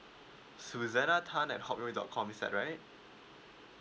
suzana tan at hotmail dot com is that right